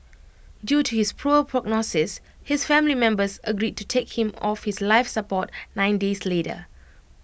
due to his poor prognosis his family members agreed to take him off life support nine days later